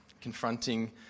confronting